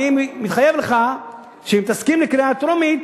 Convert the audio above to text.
מתחייב לך שאם תסכים לקריאה טרומית